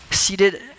Seated